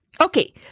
Okay